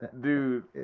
dude